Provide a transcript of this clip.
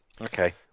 Okay